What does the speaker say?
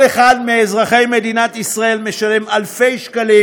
כל אחד מאזרחי מדינת ישראל משלם אלפי שקלים